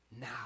now